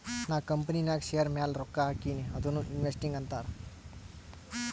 ನಾ ಕಂಪನಿನಾಗ್ ಶೇರ್ ಮ್ಯಾಲ ರೊಕ್ಕಾ ಹಾಕಿನಿ ಅದುನೂ ಇನ್ವೆಸ್ಟಿಂಗ್ ಅಂತಾರ್